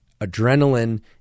adrenaline